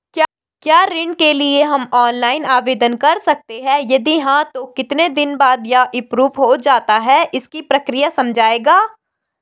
क्या ऋण के लिए हम ऑनलाइन आवेदन कर सकते हैं यदि हाँ तो कितने दिन बाद यह एप्रूव हो जाता है इसकी प्रक्रिया समझाइएगा?